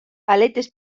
aletes